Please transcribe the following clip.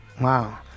Wow